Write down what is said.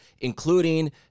including